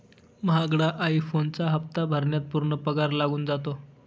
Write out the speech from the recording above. महागडा आई फोनचा हप्ता भरण्यात पूर्ण पगार लागून जातो